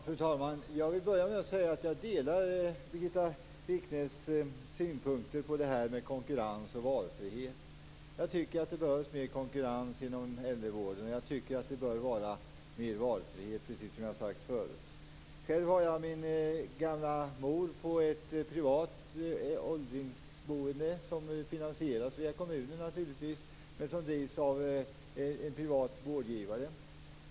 Fru talman! Jag vill börja med att säga att jag delar Birgitta Wichnes synpunkter på detta med konkurrens och valfrihet. Jag tycker att det behövs mer konkurrens inom äldrevården och att det bör vara mer valfrihet, precis som jag har sagt tidigare. Själv har jag min gamla mor på ett privat äldreboende, som naturligtvis finansieras via kommunen men som drivs av en privat vårdgivare.